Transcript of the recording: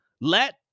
Let